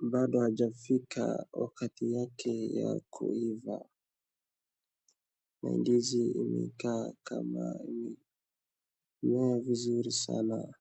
ambalo halijafika wakati yake ya kuiva, ni ndizi imekaa kama imemea vizuri sana.